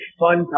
fun